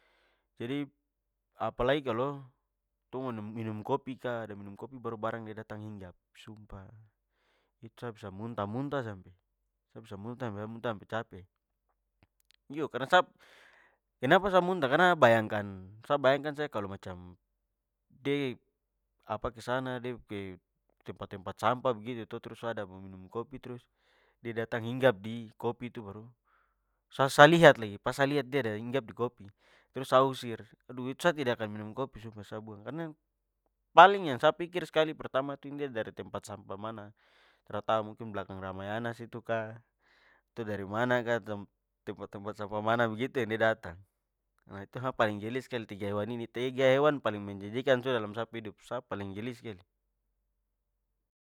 Jadi, apalagi kalo tong minum minum kopi ka ada minum kopi- baru barang de datang hinggap. Sumpah, itu sa bisa muntah muntah sampe sa bisa muntah sampe- sa muntah sampe cape. Iyo, karna sa kenapa sa muntah? Karna sa bayangkan sa bayangkan- saja kalo macam de apa kesana de ke tempat-tempat sampah begitu to, trus sa ada mo minum kopi, trus de datang hinggap di kopi itu baru sa sa- lihat lagi pas sa lihat dia ada hinggap di kopi. Trus sa usir. Aduh, itu sa tidak akan minum kopi sumpah! Sa buang! Karna paling yang sa pikir skali pertama tu ini de dari tempat sampah mana? Tra tau mungkin belakang ramayana situ kah atau dari mana tempat-tempat sampah mana begitu yang de datang. Nah, itu sa paling geli skali! Tiga hewan ini tiga hewan- paling menjijikkan sudah dalam sa pu hidup. Sa paling geli skali!